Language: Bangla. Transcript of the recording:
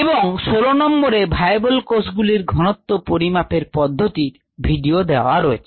এবং 16 নম্বরে ভায়াবল কোষগুলির ঘনত্ব পরিমাপের পদ্ধতি ভিডিও দেওয়া আছে